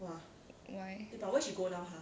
why